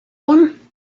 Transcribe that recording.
one